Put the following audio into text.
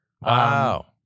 Wow